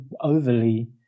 overly